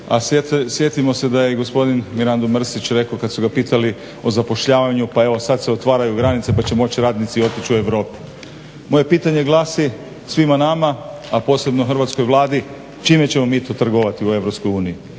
A sjetimo se da je i gospodin Mirando Mrsić rekao kada su ga pitali o zapošljavanju, pa evo sada se otvaraju granice pa će moći radnici otići u Europu. Moje pitanje glasi svima nama a posebno hrvatskoj Vladi, čime ćemo mi to trgovati u